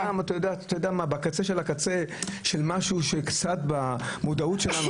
בקצה של הקצה של משהו שקצת במודעות שלנו,